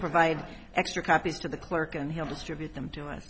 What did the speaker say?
provide extra copy to the clerk and he'll distribute them to